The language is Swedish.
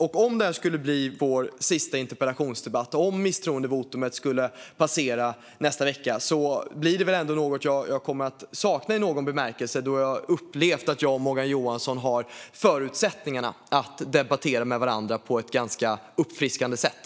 Om det här skulle bli vår sista interpellationsdebatt, om misstroendevotumet skulle passera nästa vecka, blir detta ändå något som jag kommer att sakna i någon bemärkelse. Jag har upplevt att jag och Morgan Johansson har förutsättningar att debattera med varandra på ett ganska uppfriskande sätt.